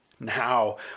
Now